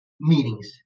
meetings